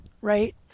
right